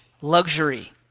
luxury